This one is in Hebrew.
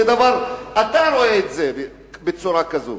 זה אתה רואה את זה בצורה כזו.